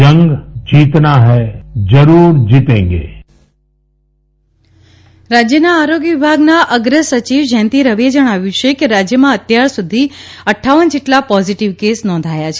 જ્યંતિ રવિ રાજ્યના આરોગ્ય વિભાગના અગ્રસચિવ જ્યંતિ રવિએ જણાવ્યું છે કે રાજ્યમાં અત્યાર સુધી અઠ્ઠાવન જેટલા પોઝીટીવ કેસ નોંધાયા છે